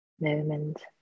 moment